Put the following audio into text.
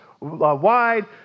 wide